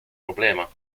problema